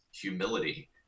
humility